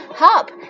hop